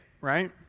right